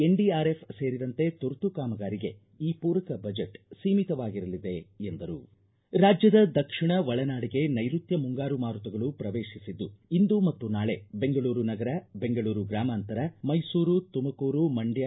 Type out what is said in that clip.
NDRF ಸೇರಿದಂತೆ ತುರ್ತು ಕಾಮಗಾರಿಗೆ ಈ ಪೂರಕ ಬಜೆಟ್ ಸೀಮಿತವಾಗಿರಲಿದೆ ಎಂದರು ರಾಜ್ಯದ ದಕ್ಷಿಣ ಒಳನಾಡಿಗೆ ನೈರುತ್ತ ಮುಂಗಾರು ಮಾರುತಗಳು ಪ್ರವೇಶಿಸಿದ್ದು ಇಂದು ಮತ್ತು ನಾಳೆ ಬೆಂಗಳೂರು ನಗರ ಬೆಂಗಳೂರು ಗ್ರಾಮಾಂತರ ಮೈಸೂರು ತುಮಕೂರು ಮಂಡ್ಲ